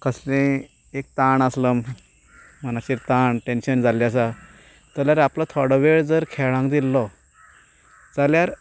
कसलें एक ताण आसलो मनाचेर ताण टेंशन जाल्लें आसा जाल्यार आपलो थोडो वेळ जर खेळाक दिल्लो जाल्यार